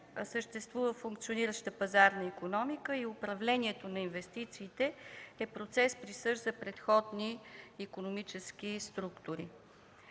съществува функционираща пазарна икономика и управлението на инвестициите е процес, присъщ за предходни икономически структури.